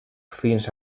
fins